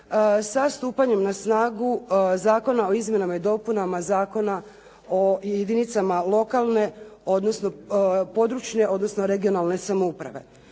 sa stupanjem na snagu Zakona o izmjenama i dopunama Zakona o jedinicama lokalne, područne, odnosno regionalne samouprave.